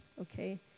okay